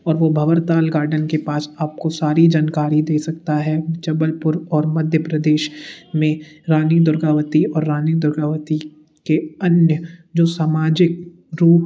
और वो भंवरताल गार्डन के पास आपको सारी जानकारी दे सकता है जबलपुर और मध्य प्रदेश में रानी दुर्गावती और रानी दुर्गावती के अन्य जो समाजिक रूप